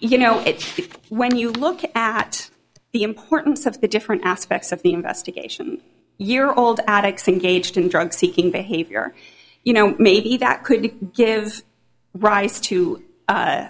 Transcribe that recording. you know it when you look at the importance of the different aspects of the investigation year old addicks engaged in drug seeking behavior you know maybe that could give rise to a